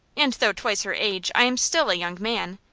and though twice her age, i am still a young man.